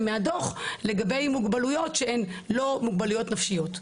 מהדוח לגבי מוגבלויות שהן לא מוגבלויות נפשיות.